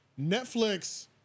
Netflix